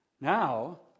now